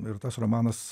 ir tas romanas